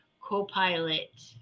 co-pilot